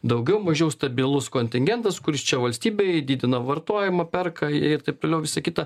daugiau mažiau stabilus kontingentas kuris čia valstybei didina vartojimą perka ir taip toliau visa kita